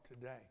today